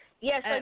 Yes